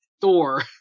Thor